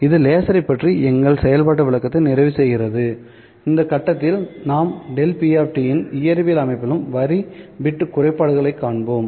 இது லேசரைப் பற்றிய எங்கள் செயல்பாட்டு விளக்கத்தை நிறைவு செய்கிறது இந்த கட்டத்தில் நாம் ΔP இன் இயற்பியல் அமைப்பிலும் வரி பிட்டிலும் குறைபாடுகளைக் காண்போம்